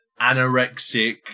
anorexic